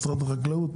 משרד החקלאות?